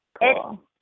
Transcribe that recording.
Cool